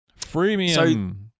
freemium